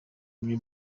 bamwe